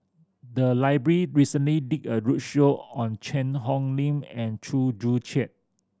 the library recently did a roadshow on Cheang Hong Lim and Chew Joo Chiat